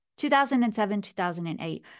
2007-2008